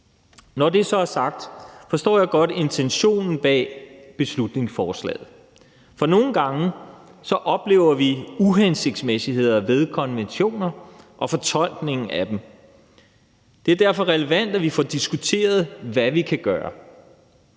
Når det så er sagt, forstår jeg godt intentionen bag beslutningsforslaget, for nogle gange oplever vi uhensigtsmæssigheder ved konventioner og fortolkningen af dem. Det er derfor relevant, at vi får diskuteret, hvad vi kan gøre.